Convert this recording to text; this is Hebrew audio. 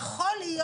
יכול להיות,